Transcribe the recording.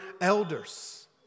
elders